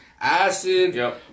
acid